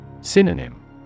Synonym